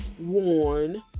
worn